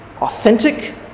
authentic